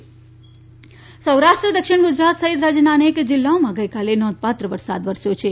વરસાદ સૌરાષ્ટ્ર દક્ષિણ ગુજરાત સહિત રાજ્યના અનેક જિલ્લાઓમાં ગઇકાલે નોંધપાત્ર વરસાદ વરસ્યો છે